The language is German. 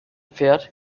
pferd